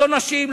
לא נשים,